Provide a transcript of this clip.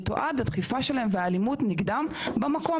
ותועדה התקיפה שלהם והאלימות נגדם במקום,